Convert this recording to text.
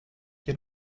che